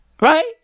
Right